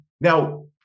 Now